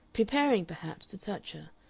preparing, perhaps, to touch her,